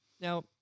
Now